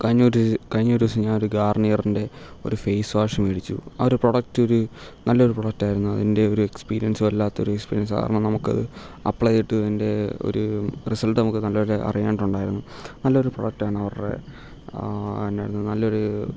കഴിഞ്ഞൂറ്റി കഴിഞ്ഞൊരു ദിവസം ഞാനൊരു ഗാർണിയറിൻ്റെ ഒരു ഫെയ്സ് വാഷ് മേടിച്ചു ആ ഒരു പ്രൊഡക്റ്റ് ഒരു നല്ലൊരു പ്രൊഡക്റ്റായിരുന്നു അതിൻ്റെ ഒരു എക്സ്പീരിയൻസ് വല്ലാത്ത ഒരു എക്സ്പീരിയൻസാണ് കാരണം നമുക്കത് അപ്ളയ് ചെയ്തിട്ട് അതിൻ്റെ ഒരു റിസൾട്ട് നമുക്ക് നല്ലതുപോലെ അറിയാനായിട്ട് ഉണ്ടായിരുന്നു നല്ല ഒരു പ്രോഡക്റ്റ് ആണ് അവരുടെ നല്ലൊരു